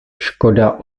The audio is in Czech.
škoda